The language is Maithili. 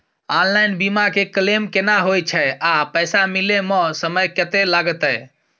ऑनलाइन बीमा के क्लेम केना होय छै आ पैसा मिले म समय केत्ते लगतै?